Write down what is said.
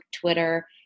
Twitter